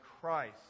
Christ